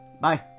Bye